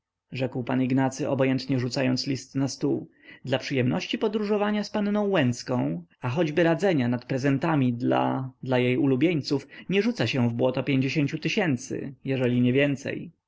pan ignacy obojętnie rzucając list na stół dla przyjemności podróżowania z panną łęcką a choćby radzenia nad prezentami dla dla jej ulubieńców nie rzuca się w błoto pięćdziesięciu tysięcy jeżeli nie więcej